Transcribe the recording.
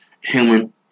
human